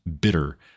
bitter